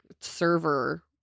server